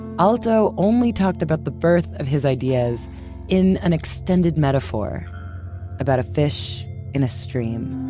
aalto only talked about the birth of his ideas in an extended metaphor about a fish in a stream.